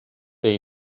they